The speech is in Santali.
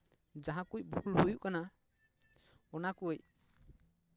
ᱡᱟᱦᱟᱸ ᱠᱚ ᱵᱷᱩᱞ ᱦᱩᱭᱩᱜ ᱠᱟᱱᱟ ᱚᱱᱟᱠᱚ